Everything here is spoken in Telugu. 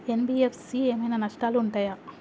ఎన్.బి.ఎఫ్.సి ఏమైనా నష్టాలు ఉంటయా?